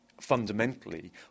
fundamentally